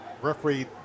Referee